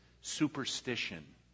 superstition